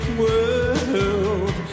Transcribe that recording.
world